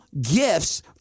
gifts